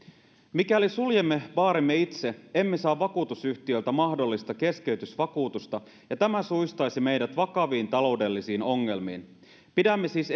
mikäli suljemme baarimme itse emme saa vakuutusyhtiöltä mahdollista keskeytysvakuutusta ja tämä suistaisi meidät vakaviin taloudellisiin ongelmiin pidämme siis